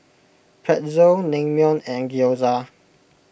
Pretzel Naengmyeon and Gyoza